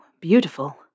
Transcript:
beautiful